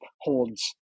holds